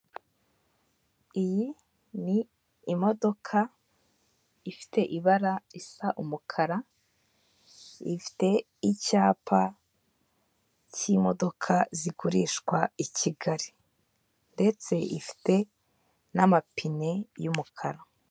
Iyi ni imodoka ifite ibara risa umukara, ifite icyapa cy'imodoka zigurishwa i Kigali ndetse ifite n'amapine y'umukara.